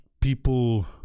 people